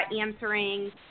answering